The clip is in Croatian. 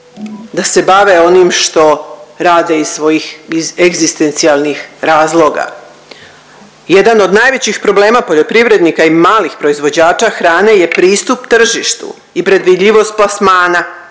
da se bave onim što rade iz svojih egzistencijalnih razloga. Jedan od najvećih problema poljoprivrednika i malih proizvođača hrane je pristup tržištu i predvidljivost plasmana